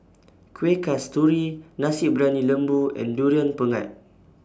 Kueh Kasturi Nasi Briyani Lembu and Durian Pengat